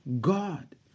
God